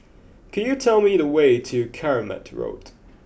could you tell me the way to Keramat Road